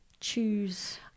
choose